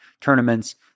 tournaments